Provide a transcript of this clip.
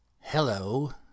hello